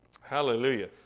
Hallelujah